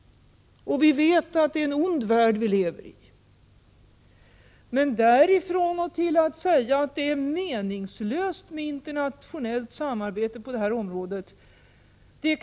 Vi vet ju att det är en ond värld vi lever i. Men jag kan inte förstå hur man därifrån kan dra slutsatsen att det är meningslöst med internationellt samarbete på detta område.